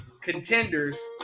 contenders